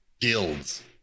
guilds